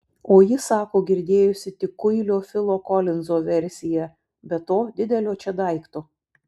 o ji sako girdėjusi tik kuilio filo kolinzo versiją be to didelio čia daikto